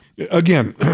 Again